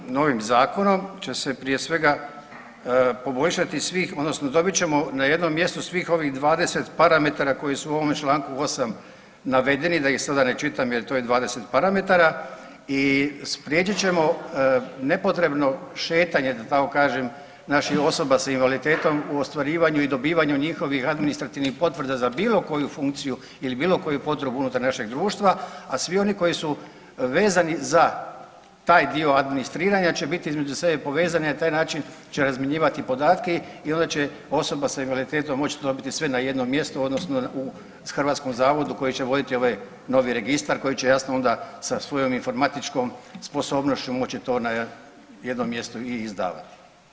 Dakle s ovim novim Zakonom će se prije svega, poboljšati svih, odnosno dobit ćemo na jednom mjestu svih ovih 20 parametara koji su u ovome čl. 8 navedeni, da ih sada ne čitam jer to je 20 parametara i spriječit ćemo nepotrebno šetanje, da tako kažem, naših osoba s invaliditetom u ostvarivanju i dobivanju njihovih administrativnih potvrda za bilo koju funkciju ili bilo koju potrebu unutar našeg društva, a svi oni koji su vezani za taj dio administriranja će biti između sebe povezani, na taj način će razmjenjivati podatke i onda će osobe s invaliditetom moći dobiti sve na jednom mjestu odnosno u hrvatskom zavodu koji će voditi ove novi Registar koji će jasno, onda sa svojom informatičkom sposobnošću moći to na jednom mjesto i izdavati.